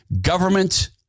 government